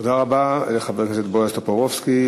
תודה רבה לחבר הכנסת בועז טופורובסקי.